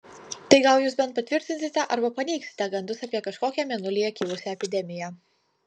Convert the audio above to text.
tai gal jūs bent patvirtinsite arba paneigsite gandus apie kažkokią mėnulyje kilusią epidemiją